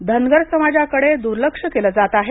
धनगर समाजाकडे दुर्लक्ष केलं जात आहे